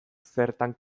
zertan